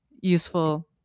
useful